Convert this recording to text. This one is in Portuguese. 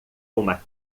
uma